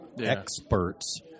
experts